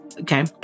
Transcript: okay